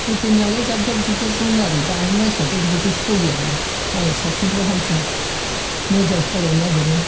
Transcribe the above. गोदोनियालाय जाब जाब जुब जाब जायोमोन आरो दानि मानसिफ्राथ' बिदिखौ सोलियाना मालाय साबसिननिफ्राय हामसिन मडेल खालामनो नागिरो